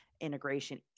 integration